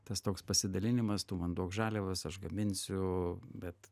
tas toks pasidalinimas tu man duok žaliavas aš gaminsiu bet